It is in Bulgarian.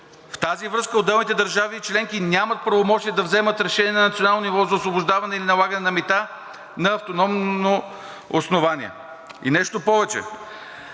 В тази връзка отделните държави членки нямат правомощия да вземат решение на национално ниво за освобождаване или налагане на мита на автономно основание. И нещо повече,